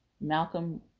Malcolm